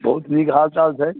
बहुत नीक हाल चाल छै